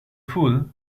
full